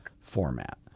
format